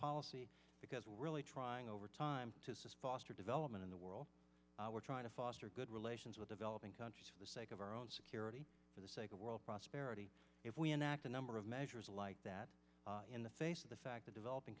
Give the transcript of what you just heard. policy because we're really trying over time to foster development in the world we're trying to foster good relations with developing countries for the sake of our own security for the sake of world prosperity if we enact a number of measures like that in the face of the fact the developing